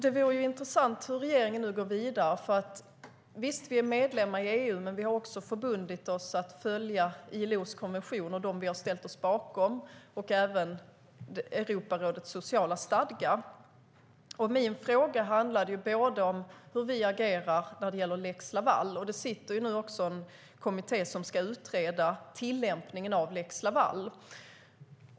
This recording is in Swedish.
Det vore intressant att se hur regeringen går vidare nu. Visst är vi medlemmar i EU, men vi har också förbundit oss att följa ILO:s konventioner som vi har ställt oss bakom och även Europarådets sociala stadgar. Min fråga handlade om hur vi agerar när det gäller lex Laval. En kommitté ska nu också utreda tillämpningen av lex Laval.